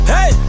Hey